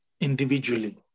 individually